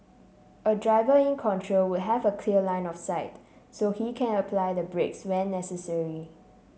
a driver in control would have a clear line of sight so he can apply the brakes when necessary